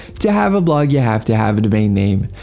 to have a blog you have to have a domain name.